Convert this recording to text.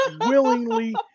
willingly